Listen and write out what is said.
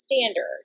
standard